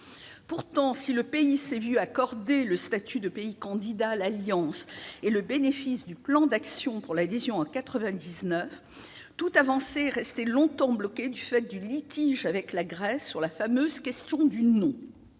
Pourtant, si cet État s'est vu accorder le statut de pays candidat à l'Alliance et le bénéfice du plan d'action pour l'adhésion en 1999, toute avancée est restée longtemps bloquée du fait du litige avec la Grèce sur la fameuse question du nom.